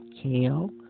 kale